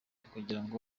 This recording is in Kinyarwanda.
kugirango